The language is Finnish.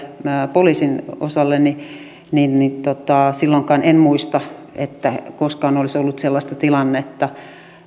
poliisin osalle ja silloinkaan en muista että koskaan olisi ollut sellaista tilannetta